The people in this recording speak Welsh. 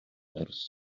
ers